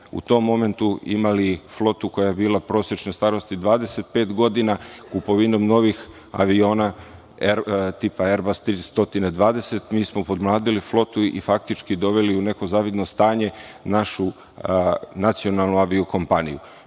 u tom momentu imali flotu koja je bila prosečne starosti 25 godina., Kupovinom novih aviona tipa Erbas 320 mi smo podmladili flotu i faktički doveli u neko zavidno stanje našu nacionalnu avio kompaniju. Moram